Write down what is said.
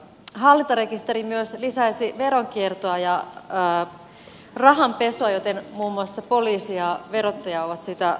hallintarekisteri myös lisäisi veronkiertoa ja rahanpesua joten muun muassa poliisi ja verottaja ovat sitä vastustaneet